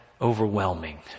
overwhelming